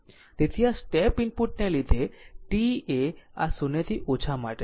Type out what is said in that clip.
તેથી આ સ્ટેપ ઇનપુટને લીધે t એ આ 0 થી ઓછા માટે છે